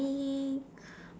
for me